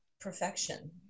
perfection